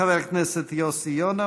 חבר הכנסת יוסי יונה,